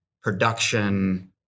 production